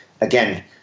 again